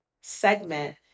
segment